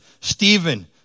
stephen